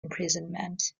imprisonment